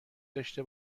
داشته